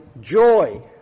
joy